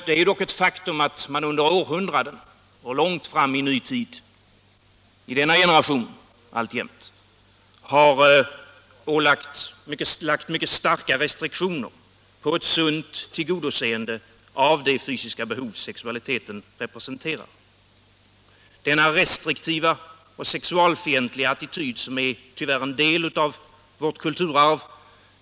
Det är dock ett faktum att man i århundraden och ända in i vår generation har lagt mycket starka restriktioner på ett sunt tillgodoseende av det fysiska behov sexualiteten representerar. Denna restriktiva och sexualfientliga attityd är tyvärr en del av vårt kulturarv.